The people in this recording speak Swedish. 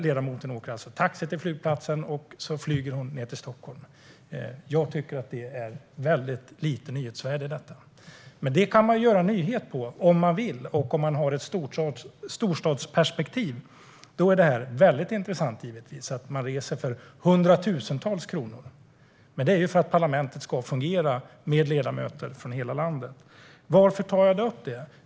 Ledamoten åker taxi till flygplatsen och flyger sedan ned till Stockholm. Jag tycker att nyhetsvärdet i detta är väldigt lågt. Men man kan göra nyhet på detta om man vill, och har man ett storstadsperspektiv är det givetvis väldigt intressant med resor för hundratusentals kronor. Så här är det för att parlamentet med ledamöter från hela landet ska fungera. Varför tar jag upp detta?